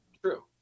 true